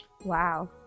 Wow